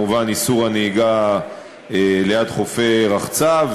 וביניהן כמובן איסור נהיגה ליד חופי רחצה.